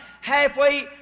halfway